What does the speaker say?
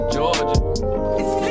Georgia